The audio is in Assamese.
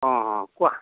অঁ অঁ কোৱা